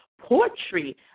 poetry